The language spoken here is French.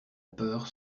peur